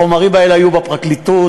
החומרים האלה היו בפרקליטות,